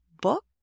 book